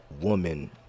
woman